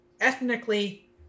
ethnically